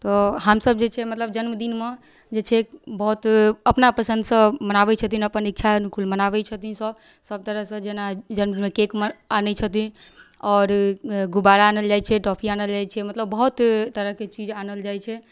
तऽ हमसब जे छै मतलब जन्मदिनमे जे छै बहुत अपना पसन्दसँ मनाबै छथिन अपन इच्छा अनुकूल मनाबै छथिन सब सब तरहसँ जेना जन्मदिनमे केक आनै छथिन आओर गुब्बारा आनल जाइ छै टॉफी आनल जाइ छै मतलब बहुत तरहके चीज आनल जाइ छै